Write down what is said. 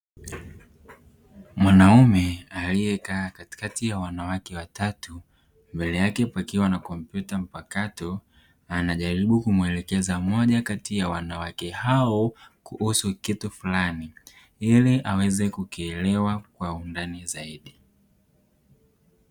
Mwanaume aliyekaa katikati ya wanawake watatu mbele yake pakiwa na kompyuta mpakato, anajaribu kumuelekeza mmoja kati ya wanawake hao kuhusu kitu fulani ili aweze kukielewa kwa undani zaidi.